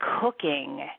cooking